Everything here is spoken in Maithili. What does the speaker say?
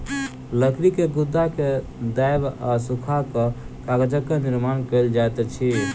लकड़ी के गुदा के दाइब आ सूखा कअ कागजक निर्माण कएल जाइत अछि